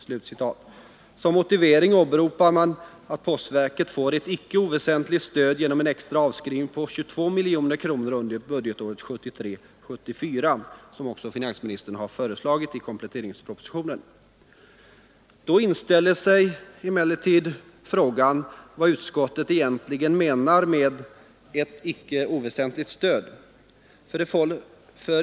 Som motivering åberopar utskottet att postverket får ett icke oväsentligt stöd genom den extra avskrivning på 22 miljoner kronor under budgetåret 1973/74 som finansministern föreslagit i kompletteringspropositionen. Då inställer sig emellertid frågan vad utskottet egentligen menar med ”ett icke oväsentligt stöd”.